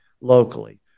locally